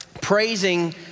praising